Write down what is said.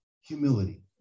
humility